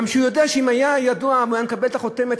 כי הוא יודע שאם היה ידוע והוא היה מקבל את החותמת,